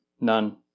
none